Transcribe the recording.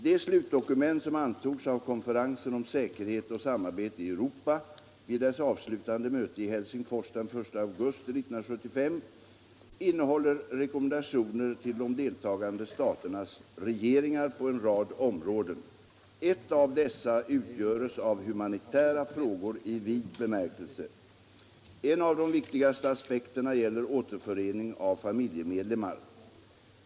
Det slutdokument som antogs av konferensen om säkerhet och samarbete i Europa vid dess avslutande möte i Helsingfors den 1 augusti 1975 innehåller rekommendationer till de deltagande staternas regeringar på en rad områden. Ett av dessa utgöres av humanitära frågor i vid bemärkelse. En av de viktigaste aspekterna gäller återförening av familjemedlemmar.